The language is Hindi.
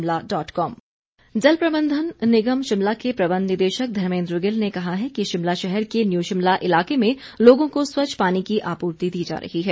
दुषित जल जल प्रबंधन निगम शिमला के प्रबंध निदेशक धर्मेद्र गिल ने कहा है कि शिमला शहर के न्यू शिमला इलाके में लोगों को स्वच्छ पानी की आपूर्ति की जा रही है